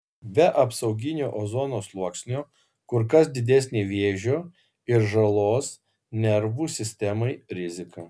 be apsauginio ozono sluoksnio kur kas didesnė vėžio ir žalos nervų sistemai rizika